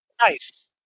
Nice